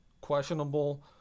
questionable